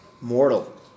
mortal